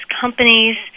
companies